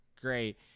great